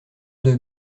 deux